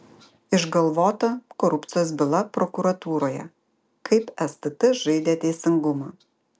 išgalvota korupcijos byla prokuratūroje kaip stt žaidė teisingumą